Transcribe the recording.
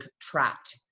trapped